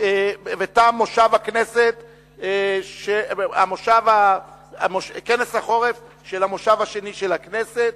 ותם כנס החורף של המושב השני של הכנסת.